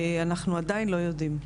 אנחנו עדיין לא יודעים,